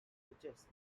suggests